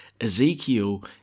Ezekiel